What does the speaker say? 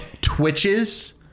Twitches